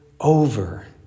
over